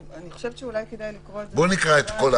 אני חושבת שאולי כדאי לקרוא את זה, ולא לקפוץ.